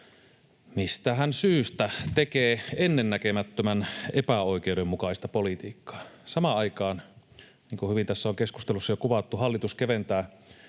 mistähän syystä, tekee ennennäkemättömän epäoikeudenmukaista politiikkaa. Samaan aikaan, niin kuin hyvin tässä on keskustelussa jo kuvattu, hallitus keventää